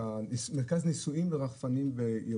מרכז ניסויים לרחפנים.